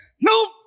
nope